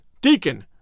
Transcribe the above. Deacon